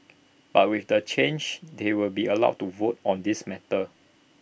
but with the change they will be allowed to vote on these matters